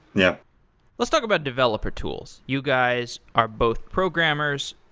yeah let's talk about developer tools. you guys are both programmers.